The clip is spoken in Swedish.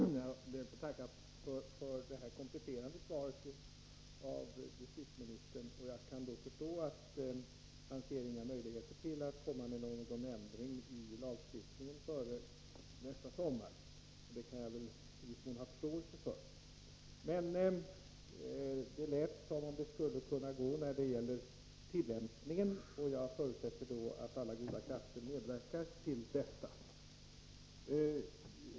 Herr talman! Jag ber att få tacka för det kompletterande svaret från justitieministern. Jag kan i viss mån ha förståelse för att justitieministern inte ser några möjligheter att genomföra en ändring i lagstiftningen före nästa sommar. Det lät emellertid som om det skulle kunna gå att få ändringar till stånd när det gäller tillämpningen. Jag förutsätter att alla goda krafter medverkar till detta.